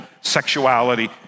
sexuality